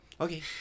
Okay